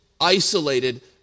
isolated